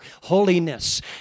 Holiness